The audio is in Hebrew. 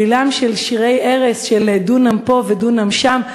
בשירי ערש של "דונם פה ודונם שם".